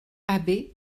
abe